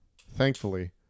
Thankfully